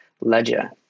ledger